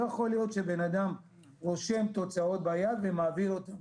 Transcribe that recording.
לא יכול להיות שבן אדם רושם תוצאות ביד ומעביר אותן